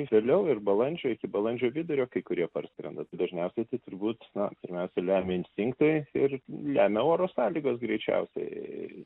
vėliau ir balandžio iki balandžio vidurio kai kurie parskrenda tai dažniausiai tai turbūt na pirmiausia lemia instinktai ir lemia oro sąlygos greičiausiai iii